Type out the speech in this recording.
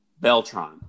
Beltron